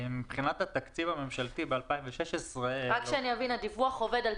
על פי מה עובד הדיווח?